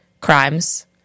crimes